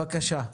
בבקשה.